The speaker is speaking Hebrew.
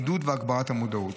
עידוד והגברת המודעות.